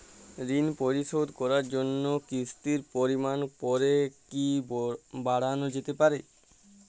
ঋন পরিশোধ করার জন্য কিসতির পরিমান পরে কি বারানো যেতে পারে?